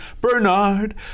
Bernard